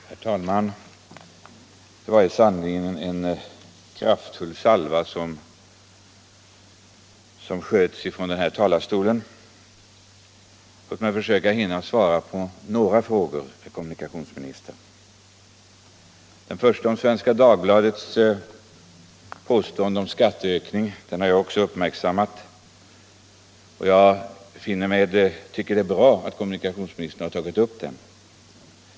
Herr talman! Det var i sanning en kraftfull salva som sköts från denna talarstol. Låt mig försöka hinna svara på några frågor, herr kommunikationsminister. Den första frågan, om Svenska Dagbladets referat om skatteökning, har också jag uppmärksammat. Jag tycker att det är bra att kommunikationsministern har tagit upp den.